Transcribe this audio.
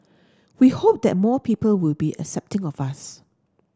we hope that more people will be accepting of us